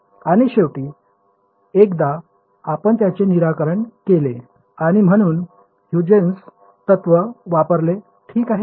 आणि शेवटी एकदा आपण त्याचे निराकरण केले की आपण ह्युजेन्स तत्व वापरले ठीक आहे